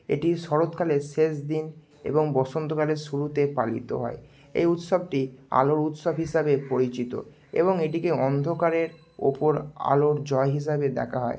এটি শরৎকালের শেষ দিন এবং বসন্তকালের শুরুতে পালিত হয় এই উৎসবটি আলোর উৎসব হিসাবে পরিচিত এবং এটিকে অন্ধকারের ওপর আলোর জয় হিসাবে দেখা হয়